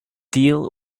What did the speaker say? deal